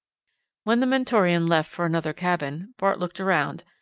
when the mentorian left for another cabin, bart looked around,